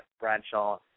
Bradshaw